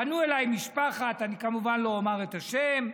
פנו אליי ממשפחה, אני, כמובן, לא אומר את השם,